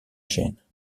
gênes